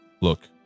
Look